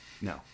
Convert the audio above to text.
No